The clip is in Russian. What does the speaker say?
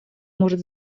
может